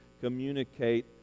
communicate